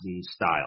style